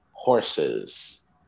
Horses